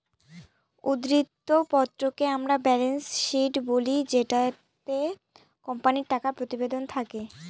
উদ্ধৃত্ত পত্রকে আমরা ব্যালেন্স শীট বলি যেটিতে কোম্পানির টাকা প্রতিবেদন থাকে